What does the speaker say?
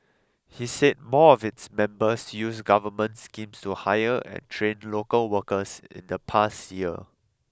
he said more of its members used government schemes to hire and train local workers in the past year